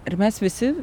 ir mes visi